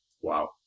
wow